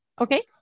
Okay